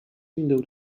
window